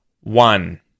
one